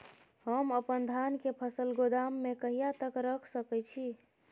हम अपन धान के फसल गोदाम में कहिया तक रख सकैय छी?